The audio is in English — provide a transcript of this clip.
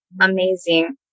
amazing